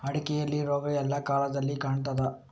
ಅಡಿಕೆಯಲ್ಲಿ ರೋಗ ಎಲ್ಲಾ ಕಾಲದಲ್ಲಿ ಕಾಣ್ತದ?